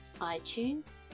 iTunes